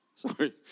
Sorry